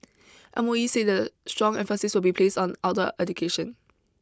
M O E said that strong emphasis will be placed on outdoor education